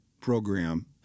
program